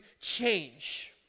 change